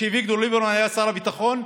כשאביגדור ליברמן היה שר הביטחון,